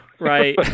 Right